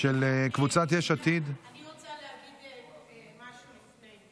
של קבוצת יש עתיד, אני רוצה להגיד משהו לפני.